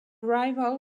rival